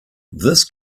this